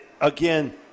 Again